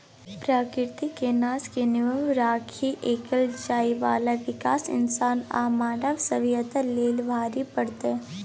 प्रकृति के नाश के नींव राइख कएल जाइ बाला विकास इंसान आ मानव सभ्यता लेल भारी पड़तै